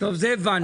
את זה הבנו.